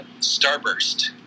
Starburst